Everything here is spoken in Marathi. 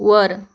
वर